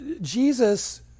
Jesus